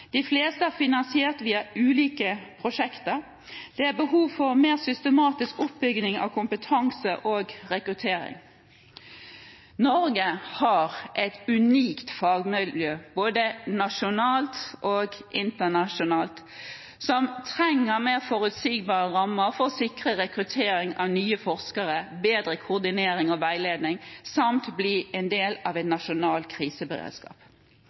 de fleste er finansiert via ulike prosjekter. Det er behov for en mer systematisk oppbygging av kompetanse og rekruttering. Norge har et unikt fagmiljø, både nasjonalt og internasjonalt, som trenger mer forutsigbare rammer for å sikre rekruttering av nye forskere, bedre koordinering og veiledning, samt bli en del av en nasjonal kriseberedskap.